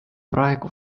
praegu